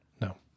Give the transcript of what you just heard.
no